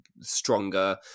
stronger